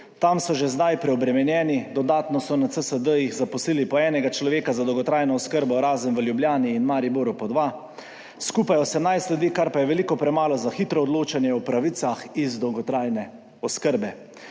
Tam so že zdaj preobremenjeni, dodatno so na CSD-jih zaposlili po enega človeka za dolgotrajno oskrbo, razen v Ljubljani in Mariboru po 2, skupaj 18 ljudi, kar pa je veliko premalo za hitro odločanje o pravicah iz dolgotrajne oskrbe.